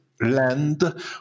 land